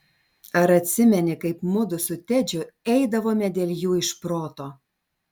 ar atsimeni kaip mudu su tedžiu eidavome dėl jų iš proto